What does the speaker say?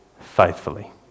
faithfully